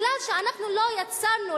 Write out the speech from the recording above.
משום שאנחנו לא יצרנו,